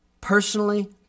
personally